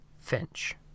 Finch